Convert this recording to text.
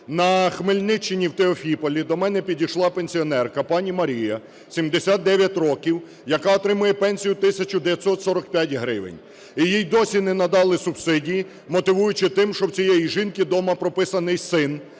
На Хмельчинні в Теофіполі до мене підійшла пенсіонерка пані Марія, 79 років, яка отримує пенсію 1 тисячу 945 гривень, і їй досі не надали субсидії, мотивуючи тим, що в цієї жінки дома прописаний син,